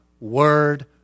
word